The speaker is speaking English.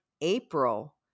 April